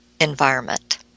environment